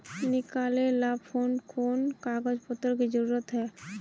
निकाले ला कोन कोन कागज पत्र की जरूरत है?